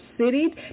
city